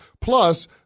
Plus